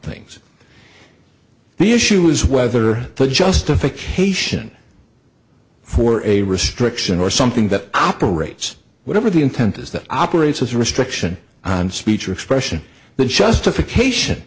things the issue is whether the justification for a restriction or something that operates whatever the intent is that operates as a restriction on speech or expression the justification